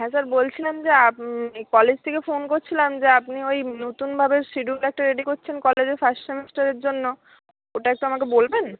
হ্যাঁ স্যার বলছিলাম যে কলেজ থেকে ফোন করছিলাম যে আপনি ওই নতুনভাবে শিডিউল একটা রেডি করছেন কলেজের ফার্স্ট সেমেস্টারের জন্য ওটা একটু আমাকে বলবেন